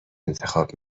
انتخاب